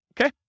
okay